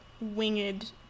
winged